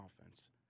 offense